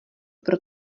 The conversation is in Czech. pro